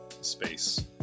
space